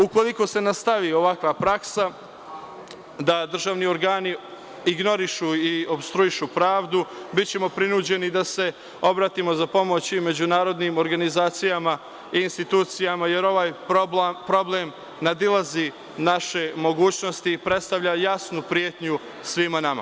Ukoliko se nastavi ovakva praksa da državni organi ignorišu i opstruišu pravdu, bićemo prinuđeni da se obratimo za pomoć i međunarodnim organizacijama i institucijama, jer ovaj problem nadilazi naše mogućnosti i predstavlja jasnu pretnju svima nama.